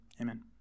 Amen